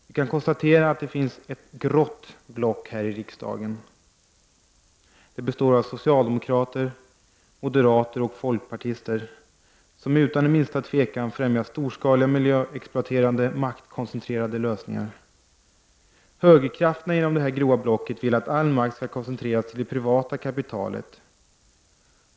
Vi kan konstatera att det finns ett grått block här i riksdagen. Det består av socialdemokrater, moderater och folkpartister, som utan den minsta tvekan främjar storskaliga miljöexploaterande och maktkoncentrerade lösningar. Högerkrafterna inom det här grå blocket vill att all makt skall koncentreras till det privata kapitalet.